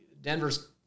Denver's